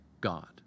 God